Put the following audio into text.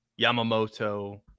Yamamoto